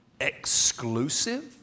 exclusive